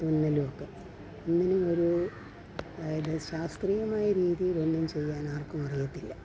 തുന്നലും ഒക്കെ ഒന്നിനു ഒരു ശാസ്ത്രീയമായ രീതിയിലൊന്നും ചെയ്യാൻ ആർക്കും അറിയത്തില്ല